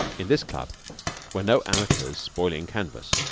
in this club were no amateurs spoiling canvas,